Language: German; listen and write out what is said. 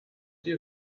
die